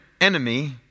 enemy